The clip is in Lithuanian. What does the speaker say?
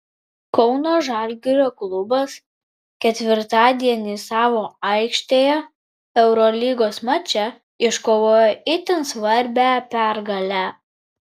kauno žalgirio klubas ketvirtadienį savo aikštėje eurolygos mače iškovojo itin svarbią pergalę